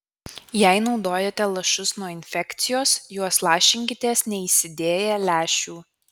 jei naudojate lašus nuo infekcijos juos lašinkitės neįsidėję lęšių